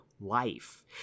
life